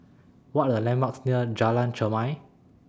What Are The landmarks near Jalan Chermai